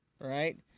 right